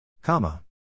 Comma